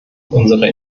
unserer